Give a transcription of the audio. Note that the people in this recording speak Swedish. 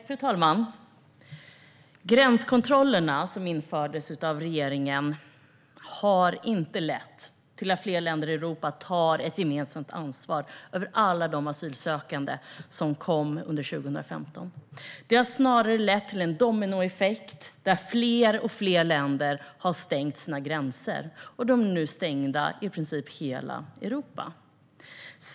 Fru talman! Gränskontrollerna som infördes av regeringen har inte lett till att fler länder i Europa tar ett gemensamt ansvar för alla de asylsökande som kom under 2015. De har snarare lett till en dominoeffekt där fler och fler länder har stängt sina gränser, och de är nu stängda i nästan hela Europa.